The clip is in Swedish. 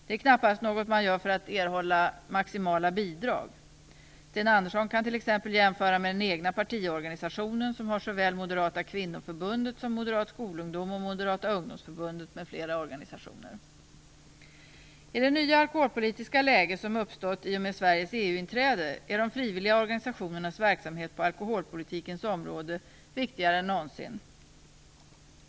Det är knappast något man gör för att erhålla maximala bidrag. Sten Andersson kan t.ex. jämföra med den egna partiorganisationen som har såväl Moderata Kvinnoförbundet som Moderat Skolungdom, Moderata Ungdomsförbundet m.fl. organisationer. I det nya alkoholpolitiska läge som uppstått i och med Sveriges EU-inträde är de frivilliga organisationernas verksamhet på alkoholpolitikens område viktigare än någonsin.